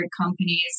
companies